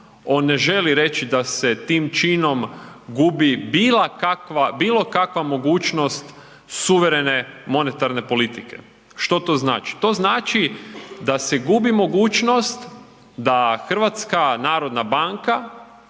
on ne želi reći da se tim činom gubi bila kakva, bilo kakva mogućnost suverene monetarne politike. Što to znači? To znači da se gubi mogućnost da HNB kao voditelj na